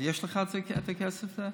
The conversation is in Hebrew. יש לך את הכסף הזה?